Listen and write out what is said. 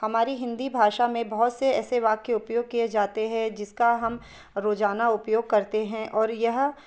हमारी हिंदी भाषा में बहुत से ऐसे वाक्य उपयोग किए जाते हैं जिसका हम रोज़ाना उपयोग करते हैं और यह